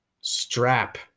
strap